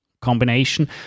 combination